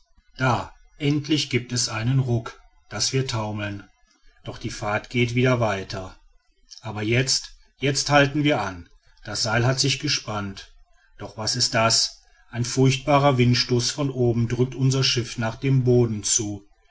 da endlich gibt es einen ruck daß wir taumeln doch die fahrt geht wieder weiter aber jetzt jetzt halten wir an das seil hat sich gespannt doch was ist das ein furchtbarer windstoß von oben drückt unser schiff nach dem boden zu